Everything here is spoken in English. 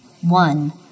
One